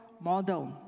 model